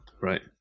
Right